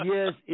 Yes